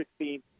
16